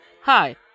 Hi